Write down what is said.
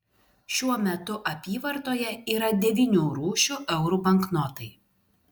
šiuo metu apyvartoje yra devynių rūšių eurų banknotai